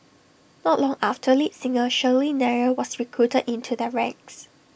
not long after lead singer Shirley Nair was recruited into their ranks